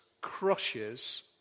Crushes